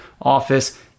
office